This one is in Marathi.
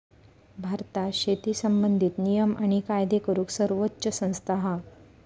भारतात शेती संबंधित नियम आणि कायदे करूक सर्वोच्च संस्था हा